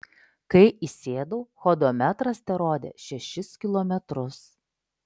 kai įsėdau hodometras terodė šešis kilometrus